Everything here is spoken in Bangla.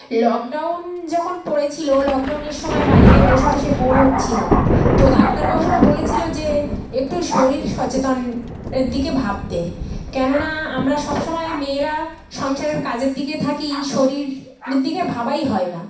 লকডাউন যখন পড়েছিল লকডাউনের সময় বাড়িতে বসে বসে বোর হচ্ছিলাম তো ডাক্তারবাবুরা বলেছিল যে একটু শরীর সচেতন এর দিকে ভাবতে কেননা আমরা সব সময় মেয়েরা সংসারের কাজের দিকে থাকি শরীর দিকে ভাবাই হয় না